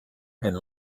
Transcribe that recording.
and